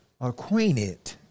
acquainted